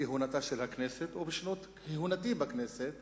כהונתה של הכנסת או בשנות כהונתי בכנסת